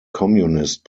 communist